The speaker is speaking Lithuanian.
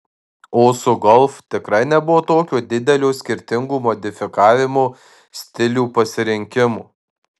o su golf tikrai nebuvo tokio didelio skirtingų modifikavimo stilių pasirinkimo